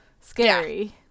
scary